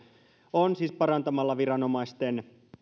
on siis parantamalla viranomaisten